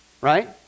Right